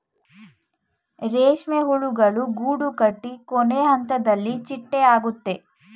ರೇಷ್ಮೆ ಹುಳುಗಳು ಗೂಡುಕಟ್ಟಿ ಕೊನೆಹಂತದಲ್ಲಿ ಚಿಟ್ಟೆ ಆಗುತ್ತೆ